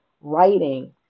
writing